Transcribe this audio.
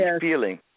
feeling